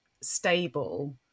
stable